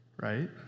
right